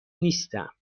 نیستم